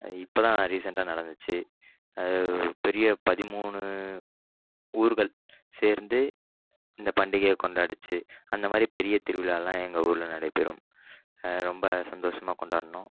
இப்போ தான் ரீசன்ட்டாக நடந்துச்சு அது பெரிய பதிமூணு ஊர்கள் சேர்ந்து இந்த பண்டிகையை கொண்டாடுச்சு அந்த மாதிரி பெரிய திருவிழாவெலாம் எங்கள் ஊரில் நடைபெறும் ரொம்ப சந்தோஷமாக கொண்டாடணும்